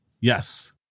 Yes